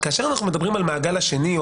כאשר אנחנו מדברים על המעגל השני או